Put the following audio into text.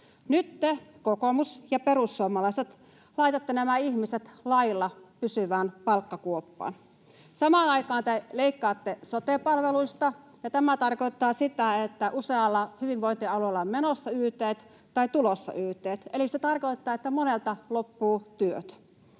Nyt te, kokoomus ja perussuomalaiset, laitatte nämä ihmiset lailla pysyvään palkkakuoppaan. Samaan aikaan te leikkaatte sote-palveluista, ja tämä tarkoittaa sitä, että usealla hyvinvointialueella on menossa yt:t tai tulossa yt:t, eli se tarkoittaa, että monelta loppuvat työt.